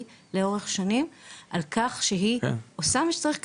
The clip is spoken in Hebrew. לאורך שנים על כך שהיא עושה מה שצריך,